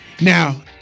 Now